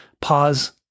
Pause